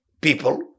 people